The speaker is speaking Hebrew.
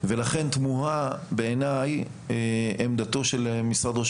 לכן תמוהה בעיניי עמדתו של משרד ראש